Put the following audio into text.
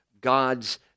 God's